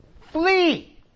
Flee